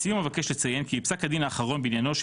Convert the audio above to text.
לסיום אבקש לציין כי פסק הדין האחרון בעניינו של